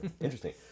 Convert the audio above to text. Interesting